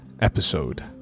episode